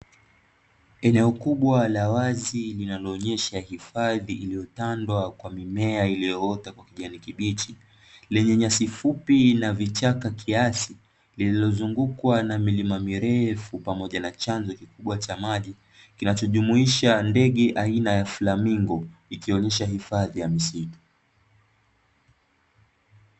Eneo kubwa la wazi linaloonyesha hifadhi iliyotandwa kwa mimea iliyoota kwa kijani kibichi lenye nyasi fupi na vichaka kiasi lililozungukwa na milima mirefu pamoja na chanzo kikubwa cha maji kinachojumuisha ndege aina ya flamingo ikionyesha hifadhi ya misitu.